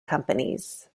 companies